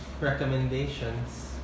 recommendations